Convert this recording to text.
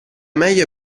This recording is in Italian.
meglio